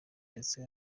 ndetse